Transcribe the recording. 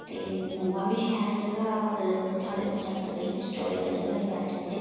ते गोआ बी शैल जगहा अगर ब थुआढ़े जागत भई हिस्टोरिकल जगहां नेईं जाना चांह्दे